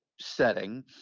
setting